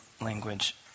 language